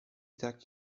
tak